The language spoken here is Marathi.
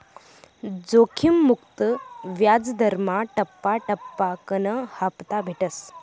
जोखिम मुक्त याजदरमा टप्पा टप्पाकन हापता भेटस